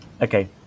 Okay